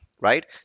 right